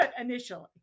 initially